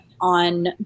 on